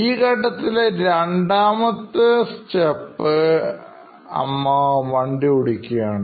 ഈ ഘട്ടത്തിലെ രണ്ടാമത്തെ സ്റ്റെപ്പ് അമ്മ വണ്ടി ഓടിക്കുകയാണ്